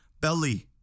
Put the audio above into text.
Belly